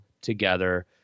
together